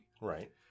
right